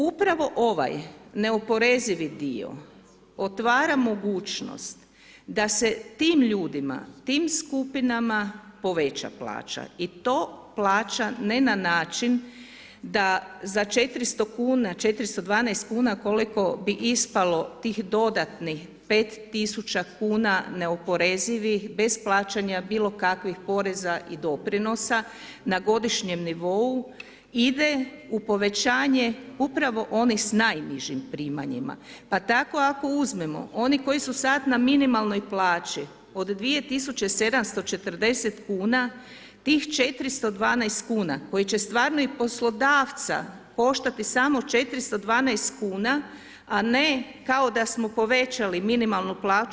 Upravo ovaj neoporezivi dio otvara mogućnost da se tim ljudima, tim skupinama poveća plaća i to plaća ne na način, da za 400 kn 412,00 kn, koliko bi ispalo tih dodatnih 5.000,00 kn neoporezivih, bez plaćanja bilo kakvih poreza i doprinosa na godišnjem nivou ide u povećanje upravo onih s najnižim primanjima, pa tako ako uzmemo oni koji su sada na minimalnoj plaći od 2.740,00 kn, tih 412,00 kn koji će stvarno i poslodavca koštati samo 412,00 kn, a ne kao da smo povećali minimalnu plaću.